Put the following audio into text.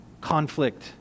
conflict